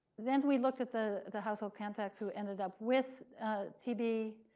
then we looked at the the household contacts who ended up with tb,